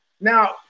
Now